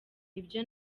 nibyo